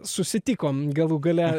susitikom galų gale